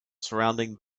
surrounding